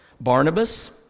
Barnabas